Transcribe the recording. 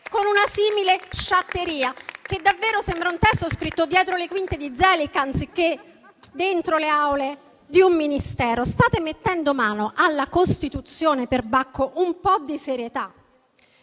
con una simile sciatteria, che davvero sembra un testo scritto dietro le quinte di «Zelig» anziché dentro le Aule di un Ministero. State mettendo mano alla Costituzione, perbacco, un po' di serietà.